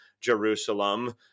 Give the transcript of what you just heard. Jerusalem